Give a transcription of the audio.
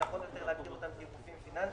שנכון יותר להגדיר אותם כגופים פיננסיים.